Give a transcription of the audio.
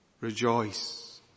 rejoice